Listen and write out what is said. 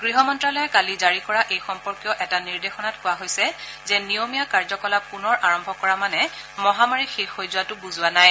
গৃহ মন্ত্যালয়ে কালি জাৰি কৰা এই সম্পৰ্কীয় এটা নিৰ্দেশনাত কোৱা হৈছে যে নিয়মীয়া কাৰ্যকলাপ পুনৰ আৰম্ভ কৰা মানে মহামাৰী শেষ হৈ যোৱাটো বুজোৱা নাই